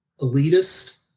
elitist